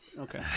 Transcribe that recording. Okay